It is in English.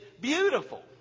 beautiful